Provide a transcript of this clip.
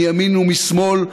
מימין ומשמאל,